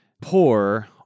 poor